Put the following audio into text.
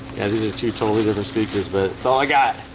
yeah, these are two totally different speakers, but it's all i got